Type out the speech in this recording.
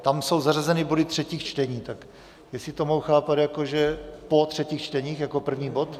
Tam jsou zařazeny body třetích čtení, tak jestli to mohu chápat, po třetích čteních jako první bod?